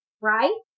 right